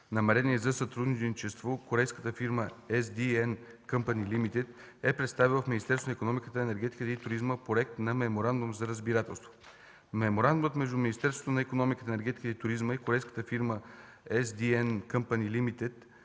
намерение за сътрудничество, корейската фирма SDN Company Ltd е представила в Министерството на икономиката, енергетиката и туризма проект на Меморандум за разбирателство. Меморандумът между Министерството на икономиката, енергетиката и туризма и корейската фирма SDN Company Ltd